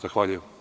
Zahvaljujem.